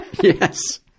yes